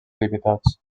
limitats